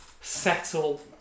Settle